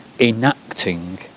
enacting